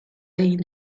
این